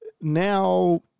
now